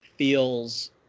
feels